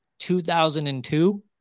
2002